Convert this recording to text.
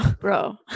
bro